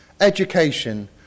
Education